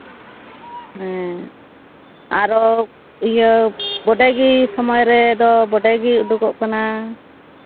ᱟᱨᱚ ᱤᱭᱟᱹ ᱵᱚᱰᱮᱜᱮ ᱥᱚᱢᱚᱭ ᱨᱮᱫᱚ ᱵᱚᱰᱮᱜᱮ ᱩᱰᱩᱜᱚᱜ ᱠᱟᱱᱟ